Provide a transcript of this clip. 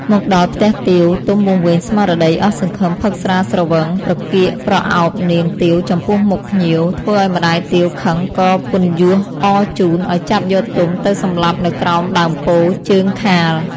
មកដល់ផ្ទះទាវ ទុំវង្វេងស្មារតីអស់សង្ឃឹមផឹកស្រាស្រវឹង ប្រកៀកប្រឱបនាងទាវចំពោះមុខភ្ញៀវ ធ្វើឲ្យម្តាយទាវខឹងក៏ពន្យូសអរជូនឲ្យចាប់យកទុំទៅសម្លាប់នៅក្រោមដើមពោធិ៍ជើងខាល។